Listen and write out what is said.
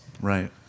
Right